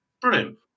Brilliant